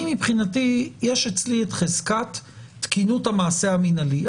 מבחינתי, יש אצלי את חזקת תקינות המעשה המנהלי.